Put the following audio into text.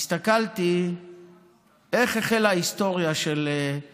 הסתכלתי על איך החלה ההיסטוריה של מספר